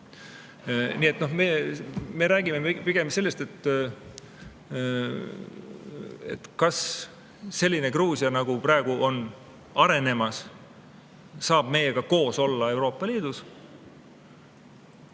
Nii et me räägime pigem sellest, kas selline Gruusia, nagu praegu on arenemas, saab meiega koos olla Euroopa Liidus.